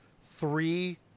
three